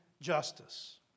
justice